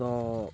ତ